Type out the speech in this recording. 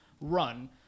run